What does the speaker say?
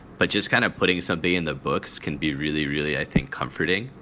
but just kind of putting something in the books can be really, really, i think, comforting,